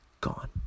gone